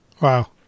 Wow